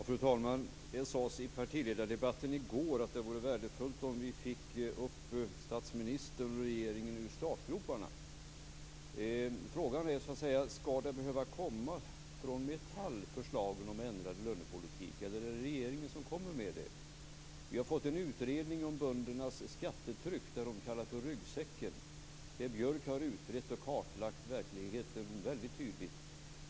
Fru talman! Det sades i partiledardebatten i går att det vore värdefullt om vi fick upp statsministern och regeringen ur startgroparna. Frågan är så att säga om förslagen om en ändrad lönepolitik skall behöva komma från Metall eller om det är regeringen som skall komma med det. Vi har fått en utredning om böndernas skattetryck - det som de kallar för ryggsäcken. Björk har där utrett och kartlagt verkligheten väldigt tydligt.